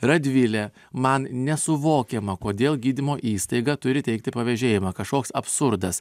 radvilė man nesuvokiama kodėl gydymo įstaiga turi teikti pavėžėjimą kažkoks absurdas